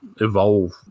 evolve